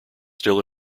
still